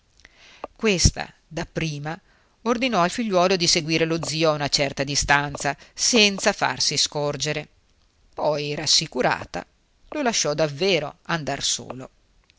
sorella questa dapprima ordinò al figliuolo di seguire lo zio a una certa distanza senza farsi scorgere poi rassicurata lo lasciò davvero andar solo